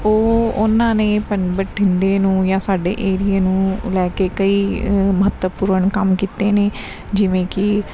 ਉਹ ਉਹਨਾਂ ਨੇ ਬਠਿੰਡੇ ਨੂੰ ਜਾਂ ਸਾਡੇ ਏਰੀਏ ਨੂੰ ਲੈ ਕੇ ਕਈ ਮਹੱਤਵਪੂਰਨ ਕੰਮ ਕੀਤੇ ਨੇ ਜਿਵੇਂ ਕਿ